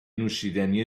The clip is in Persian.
نوشیدنی